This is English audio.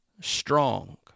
strong